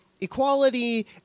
equality